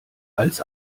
als